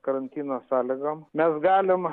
karantino sąlygom mes galim